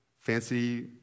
fancy